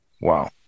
wow